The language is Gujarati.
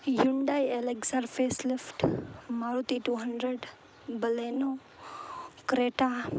Hyundai Alexa facelift Maruti two hundred Baleno Creta